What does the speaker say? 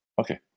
Okay